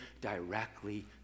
directly